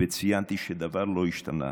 וציינתי שדבר לא השתנה.